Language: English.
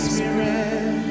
Spirit